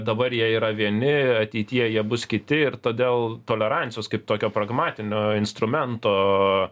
dabar jie yra vieni ateityje jie bus kiti ir todėl tolerancijos kaip tokio pragmatinio instrumento